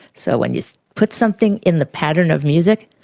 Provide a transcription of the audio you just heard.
so when you put something in the pattern of music,